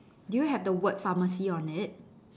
do have the word pharmacy on it